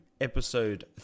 episode